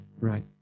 right